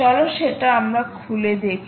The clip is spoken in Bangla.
চলো সেটা আমরা খুলে দেখি